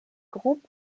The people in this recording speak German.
grub